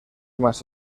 más